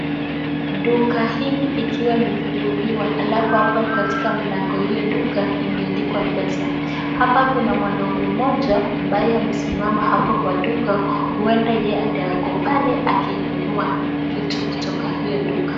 Duka hili ikiwa imefunguliwa alafu hapo katika mlango hiyo duka imeandikwa Mpesa. Hapa kuna mwanaume mmoja ambaye amesimama hapo kwa duka. Huenda yeye ndiyo ako pale akinunua vitu kutoka hiyo duka.